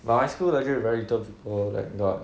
but my school legit very little people that go out